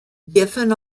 giffen